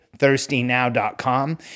ThirstyNow.com